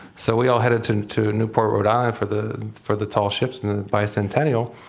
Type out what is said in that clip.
so we all headed to to newport, rhode island for the for the tallships and the bicentennial,